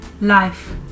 life